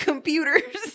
computers